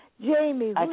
Jamie